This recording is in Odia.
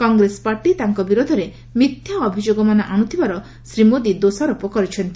କଂଗ୍ରେସ ପାର୍ଟି ତାଙ୍କ ବିରୋଧରେ ମିଥ୍ୟା ଅଭିଯୋଗମାନ ଆଣୁଥିବାର ଶ୍ରୀ ମୋଦୀ ଦୋଷାରୋପ କରିଛନ୍ତି